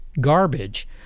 garbage